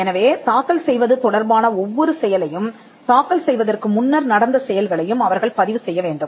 எனவே தாக்கல் செய்வது தொடர்பான ஒவ்வொரு செயலையும் தாக்கல் செய்வதற்கு முன்னர் நடந்த செயல்களையும் அவர்கள் பதிவு செய்ய வேண்டும்